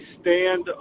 stand